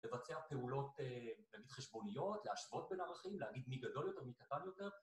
לבצע פעולות להגיד חשבוניות, להשוות בין הערכים, להגיד מי גדול יותר מי קטן יותר.